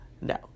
No